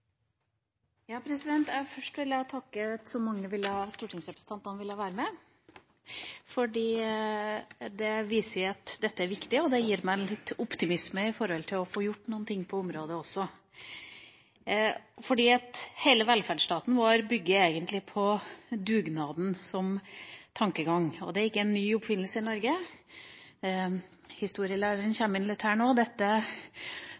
jeg takke for at så mange av stortingsrepresentantene ville være med. Det viser at dette viktig, og det gjør meg litt optimistisk når det gjelder å få gjort noe på området. Hele velferdsstaten vår bygger egentlig på dugnaden som tankegang, og det er ikke en ny oppfinnelse i Norge. Historielæreren